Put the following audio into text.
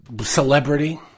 Celebrity